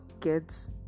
kids